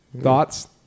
Thoughts